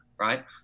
right